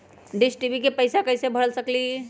Dish TV के पैईसा कईसे भर सकली?